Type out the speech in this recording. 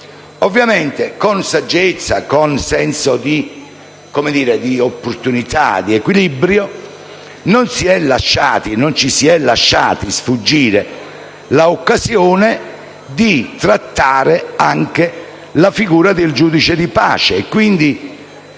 Ovviamente, con saggezza e con senso di opportunità e di equilibrio, non ci si è lasciati sfuggire l'occasione di trattare anche la figura, il ruolo e le